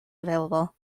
available